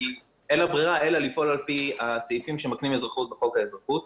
אין לה ברירה אלא לפעול על פי הסעיפים שמקנים אזרחות בחוק האזרחות,